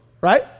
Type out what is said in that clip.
Right